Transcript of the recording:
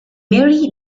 mary